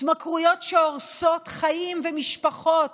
התמכרויות שהורסות חיים ומשפחות,